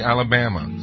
Alabama